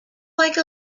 like